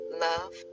love